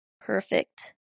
perfect